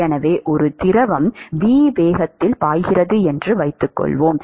எனவே ஒரு திரவம் V வேகத்தில் பாய்கிறது என்று வைத்துக்கொள்வோம்